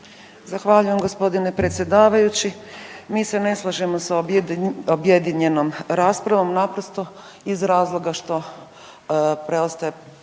Zahvaljujem gospodine predsjedavajući. Mi se ne slažemo sa objedinjenom raspravom naprosto iz razloga što preostaje